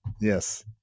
Yes